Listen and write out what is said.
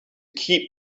keep